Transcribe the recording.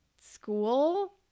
school